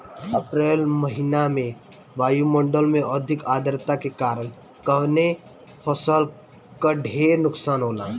अप्रैल महिना में वायु मंडल में अधिक आद्रता के कारण कवने फसल क ढेर नुकसान होला?